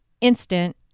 instant